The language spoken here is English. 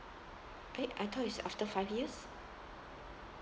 eh I thought it's after five years